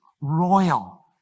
royal